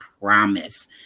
promise